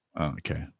Okay